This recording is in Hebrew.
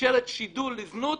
ומאפשרת שידול לזנות,